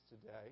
today